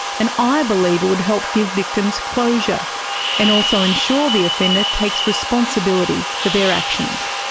and i believe it would help give victims closure and also ensure the offender takes responsibility for their actions.